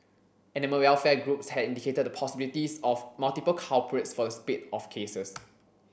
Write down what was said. animal welfare groups had indicated the possibilities of multiple culprits for the spate of cases